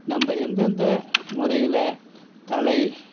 நம்ப எந்தெந்த முறையில தலை